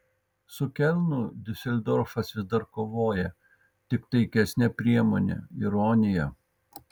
su kelnu diuseldorfas vis dar kovoja tik taikesne priemone ironija